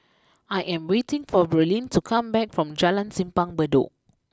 I am waiting for Braelyn to come back from Jalan Simpang Bedok